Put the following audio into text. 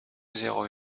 zéro